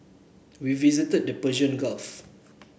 we visited the Persian Gulf